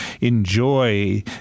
enjoy